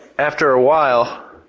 after a while.